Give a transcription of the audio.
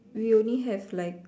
we only have like